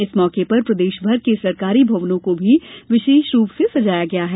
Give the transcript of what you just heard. इस मौके पर प्रदेशभर के सरकारी भवनों को भी विशेष रूप से सजाया गया है